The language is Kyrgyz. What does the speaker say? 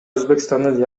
өзбекстандын